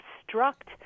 obstruct